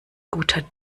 guter